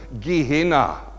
gehenna